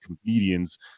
comedians